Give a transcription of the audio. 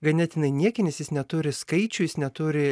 ganėtinai niekinis jis neturi skaičių jis neturi